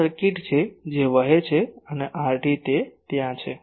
આ કરંટ છે જે વહે છે અને RT તે ત્યાં છે